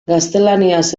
gaztelaniaz